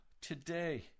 today